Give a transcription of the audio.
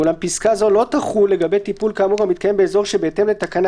ואולם פסקה זו לא תחול לגבי טיפול כאמור המתקיים באזור שבהתאם לתקנה